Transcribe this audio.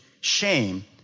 shame